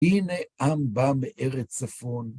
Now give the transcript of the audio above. הנה עם בא מארץ צפון.